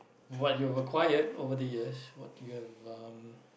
what you've acquired over the years what do you have um